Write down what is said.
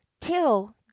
till